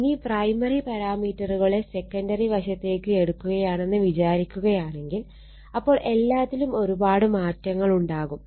ഇനി പ്രൈമറി പാരാമീറ്ററുകളെ സെക്കണ്ടറി വശത്തേക്ക് എടുക്കുകയാണെന്ന് വിചാരിക്കുകയാണെങ്കിൽ അപ്പോൾ എല്ലാത്തിലും ഒരുപാട് മാറ്റങ്ങൾ ഉണ്ടാകും